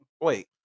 Wait